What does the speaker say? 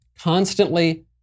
Constantly